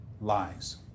lies